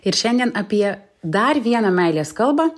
ir šiandien apie dar vieną meilės kalbą